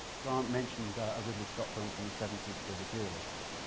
grant mentioned a ridley scott film from the seventy s called the duelists.